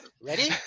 Ready